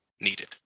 needed